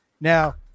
Now